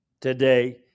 today